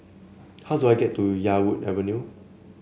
how do I get to Yarwood Avenue